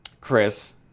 Chris